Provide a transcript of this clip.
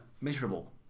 miserable